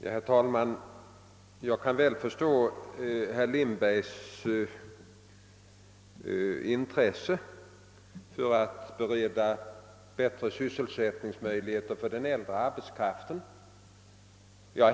Herr talman! Jag kan väl förstå herr Lindbergs intresse för att bättre sysselsättningsmöjligheter skall beredas den äldre arbetskraften.